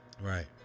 Right